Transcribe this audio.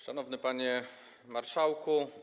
Szanowny Panie Marszałku!